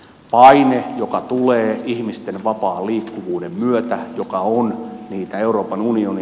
paine joka tulee ihmisten vapaan liikkuvuuden myötä joka on niitä euroopan unioni